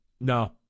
no